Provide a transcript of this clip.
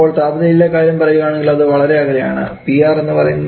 അപ്പോൾ താപനിലയിലെ കാര്യം പറയുകയാണെങ്കിൽ അത് വളരെ അകലെയാണ് PR എന്ന് പറയുന്നത്